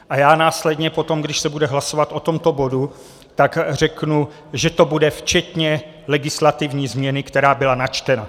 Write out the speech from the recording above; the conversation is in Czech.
A já následně potom, když se bude hlasovat o tomto bodu, tak řeknu, že to bude včetně legislativní změny, která byla načtena.